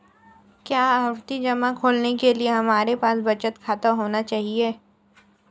क्या आवर्ती जमा खोलने के लिए हमारे पास बचत खाता होना चाहिए?